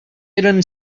eren